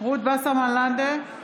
רות וסרמן לנדה,